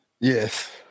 Yes